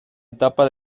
etapa